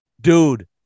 dude